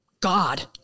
God